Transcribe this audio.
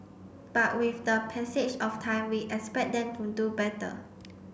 but with the passage of time we expect them to do better